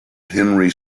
henry